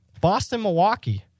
Boston-Milwaukee